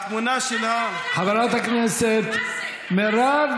התמונה שלה, מה זה, המילה "נרצחה"?